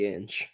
Inch